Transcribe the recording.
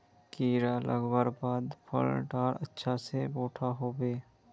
कीड़ा लगवार बाद फल डा अच्छा से बोठो होबे?